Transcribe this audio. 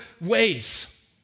ways